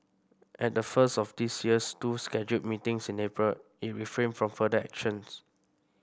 at the first of this year's two scheduled meetings in April it refrained from further actions